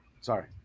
Sorry